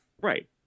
Right